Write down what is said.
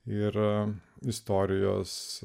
ir istorijos